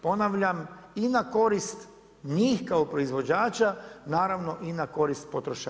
Ponavljam i na korist njih kao proizvođača, naravno i na korist potrošača.